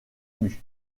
mue